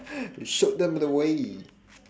you showed them the way